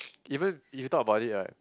even if you thought about it right